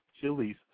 chilies